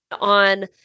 on